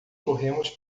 corremos